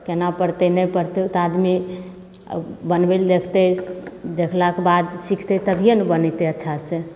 केना पड़तै नहि पड़तै ओ तऽ आदमी बनबै लऽ देखतै देखलाके बाद सीखतै तभिए ने बनेतै अच्छा से